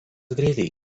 greitai